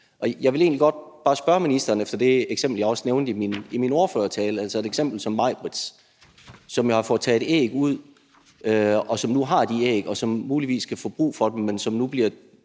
jeg vil egentlig godt bare spørge ministeren i forhold til det eksempel, som jeg også nævnte i min ordførertale, altså eksemplet med Majbritt, som jo har fået taget æg ud, og som nu har de æg, og som muligvis kan få brug for dem, men hvor